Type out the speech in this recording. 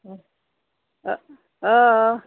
অ অঁ অঁ অঁ